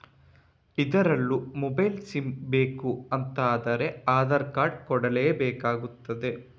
ಅದ್ರಲ್ಲೂ mobile SIM ಬೇಕು ಅಂತ ಆದ್ರೆ ಆಧಾರ್ ಕಾರ್ಡ್ ಕೊಡ್ಲೇ ಬೇಕಾಗ್ತದೆ